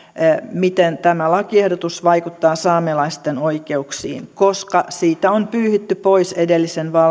miten tämä lakiehdotus vaikuttaa saamelaisten oikeuksiin koska siitä on pyyhitty pois edellisen